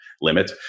limit